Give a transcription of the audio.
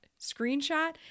screenshot